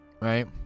Right